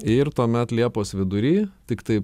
ir tuomet liepos vidury tiktai